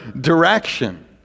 direction